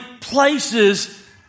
places